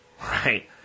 right